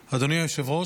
אדוני היושב-ראש,